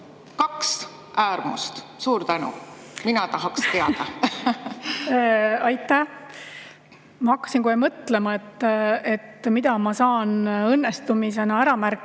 Kaks äärmust. Suur tänu! Mina tahaksin teada. (Naerab.) Aitäh! Ma hakkasin kohe mõtlema, mida ma saan õnnestumisena ära märkida.